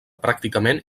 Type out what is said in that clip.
pràcticament